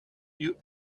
you